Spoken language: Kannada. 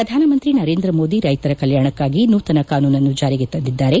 ಪ್ರಧಾನಮಂತಿ ನರೇಂದ ಮೋದಿ ರೈತರ ಕಲ್ಯಾಣಕ್ಕಾಗಿ ನೂತನ ಕಾನೂನನ್ನು ಜಾರಿಗೆ ತಂದಿದ್ದಾರೆ